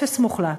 אפס מוחלט.